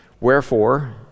Wherefore